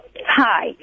Hi